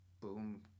boom